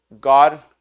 God